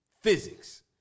physics